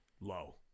low